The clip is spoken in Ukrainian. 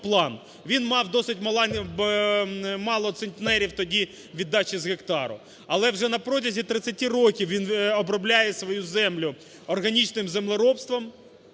він мав досить мало центнерів тоді віддачі з гектару. Але вже на протязі 30 років він обробляє свою землю органічним землеробством.